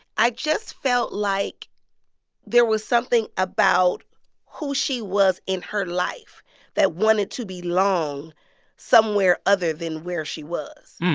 i just felt like there was something about who she was in her life that wanted to belong somewhere other than where she was.